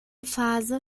phase